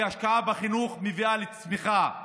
כי השקעה בחינוך מביאה לצמיחה,